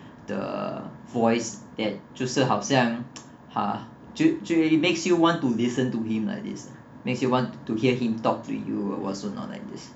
the voice that 就是好像 uh 就就会 makes you want to listen to him like this uh makes you want to hear him talk to you or what so loh like this